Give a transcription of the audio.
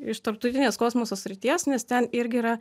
iš tarptautinės kosmoso srities nes ten irgi yra